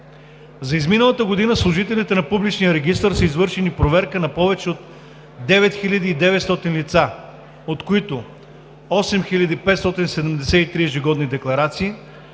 За изминалата година служителите на Публичния регистър са извършили проверка на повече от 9900 лица, от които: 8573 ежегодни декларации,